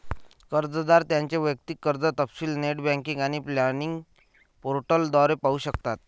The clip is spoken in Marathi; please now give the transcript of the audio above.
कर्जदार त्यांचे वैयक्तिक कर्ज तपशील नेट बँकिंग आणि लॉगिन पोर्टल द्वारे पाहू शकतात